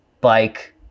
bike